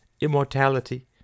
immortality